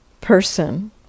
person